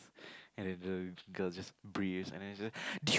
and then the girl just breathes and then she just do you